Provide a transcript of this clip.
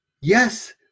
Yes